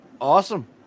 Awesome